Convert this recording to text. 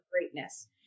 greatness